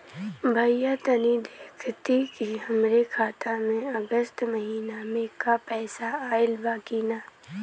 भईया तनि देखती की हमरे खाता मे अगस्त महीना में क पैसा आईल बा की ना?